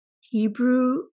Hebrew